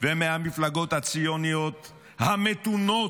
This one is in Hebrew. ומהמפלגות הציוניות המתונות,